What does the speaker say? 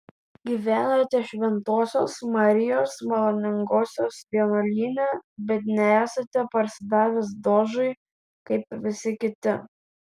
gyvenate šventosios marijos maloningosios vienuolyne bet nesate parsidavęs dožui kaip visi kiti